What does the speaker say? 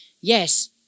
yes